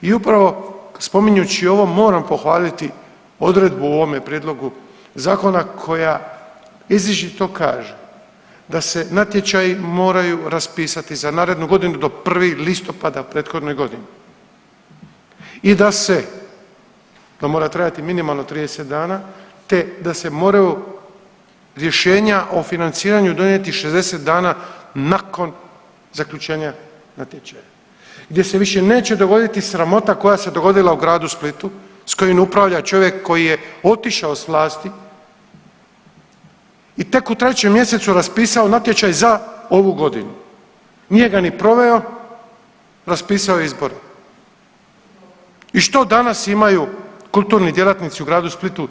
I upravo spominjući ovo moram pohvaliti odredbu u ovome prijedlogu zakona koja izričito kaže da se natječaji moraju raspisati za narednu godinu do 1. listopada prethodne godine i da se, to mora trajati minimalno 30 dana, te da se moraju rješenja o financiranju donijeti 60 dana nakon zaključenja natječaja gdje se više neće dogoditi sramota koja se dogodila u gradu Splitu s kojim upravlja čovjek koji je otišao s vlasti i tek u 3. mjesecu raspisao natječaj za ovu godinu, nije ga ni proveo, raspisao je izbore i što danas imaju kulturni djelatnici u gradu Splitu?